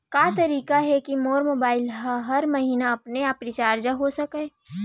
का तरीका हे कि मोर मोबाइल ह हर महीना अपने आप रिचार्ज हो सकय?